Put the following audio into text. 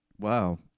Wow